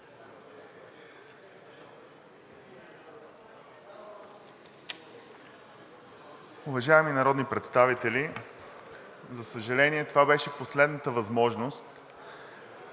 Уважаеми народни представители, за съжаление, това беше последната възможност